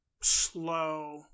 slow